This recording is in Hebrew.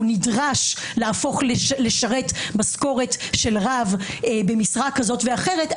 נדרש לשרת משכורת של רב במשרה כזאת או אחרת,